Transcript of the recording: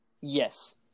Yes